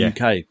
UK